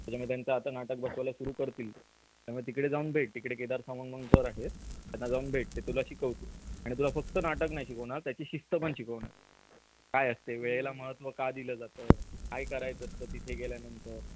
त्याच्यामुळे त्यांचा आता नाटक बसवायला सुरू करतील त्यामुळे तिकडे जाऊन भेट तिकडे केदार सागम म्हणून सर आहेत त्यांना जाऊन भेट ते तुला शिकवते आणि तुला फक्त नाटक नाही शिकवणार त्याची शिस्त पण शिकवणार काय असते वेळेला महत्त्व का दिलं जातं काय करायचं असतं तिथे गेल्यानंतर